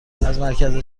مرکز